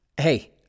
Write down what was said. Hey